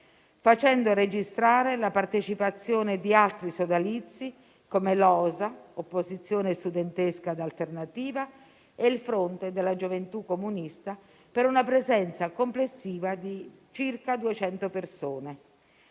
facendo registrare la partecipazione di altri sodalizi come la Opposizione studentesca d'alternativa (OSA) e il Fronte della gioventù comunista, per una presenza complessiva di circa 200 persone.